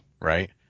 right